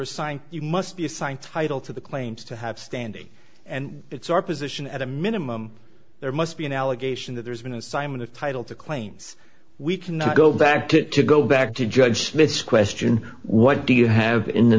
assigned you must be assigned title to the claims to have standing and it's our position at a minimum there must be an allegation that there's been a sign in the title to claims we cannot go back to to go back to judge smith's question what do you have in the